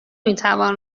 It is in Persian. میتوان